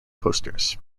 posters